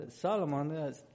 Solomon